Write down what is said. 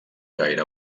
gaire